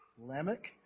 Lamech